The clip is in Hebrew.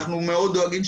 אנחנו מאוד דואגים,